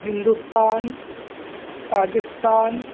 Hindustan Pakistan